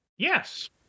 Yes